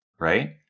Right